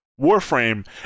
Warframe